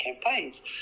campaigns